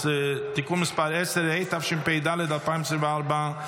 התשפ"ד 2024,